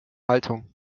haltung